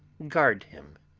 guard him,